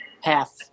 half